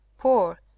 poor